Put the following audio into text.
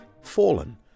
fallen